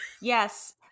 Yes